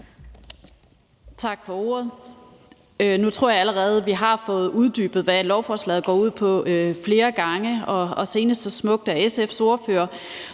Tak for ordet. Nu tror jeg, at vi allerede flere gange har fået uddybet, hvad lovforslaget går ud på, og senest så smukt af SF's ordfører,